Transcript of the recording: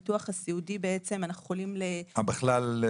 את הביטוח הסיעודי ---- לסבסד אותו בכלל?